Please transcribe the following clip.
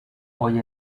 hoy